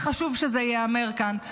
חשוב שזה ייאמר כאן.